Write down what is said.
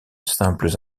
simples